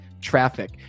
traffic